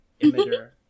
emitter